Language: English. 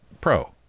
Pro